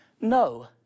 no